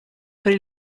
per